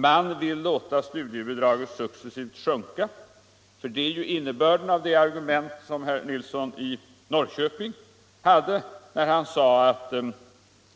Man vill låta studiebidraget successivt sjunka — det är ju innebörden av det argument som herr Nilsson i Norrköping anförde när han sade att